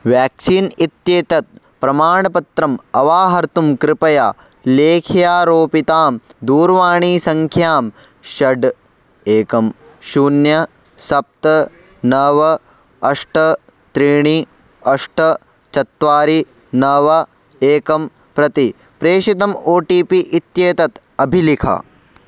vaccine इत्येतत् प्रमाणपत्रम् अवाहर्तुं कृपया लेख्यारोपितां दूरवाणीसङ्ख्यां षड् एकं शून्यं सप्त नव अष्ट त्रीणि अष्ट चत्वारि नव एकं प्रति प्रेषितम् ओ टि पि इत्येतत् अभिलिख